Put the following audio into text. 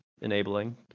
enabling